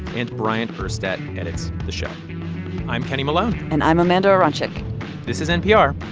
and bryant urstadt edits the show i'm kenny malone and i'm amanda aronczyk this is npr.